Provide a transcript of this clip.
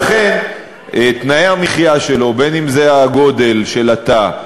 לכן, תנאי המחיה שלו בין שזה גודל התא,